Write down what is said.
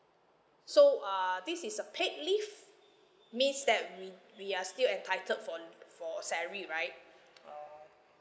so err this is a paid leave means that we we are still entitled for l~ for salary right err